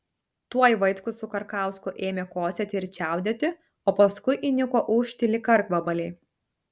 tuoj vaitkus su karkausku ėmė kosėti ir čiaudėti o paskui įniko ūžti lyg karkvabaliai